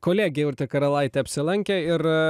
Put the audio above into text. kolegė urtė karalaitė apsilankė ir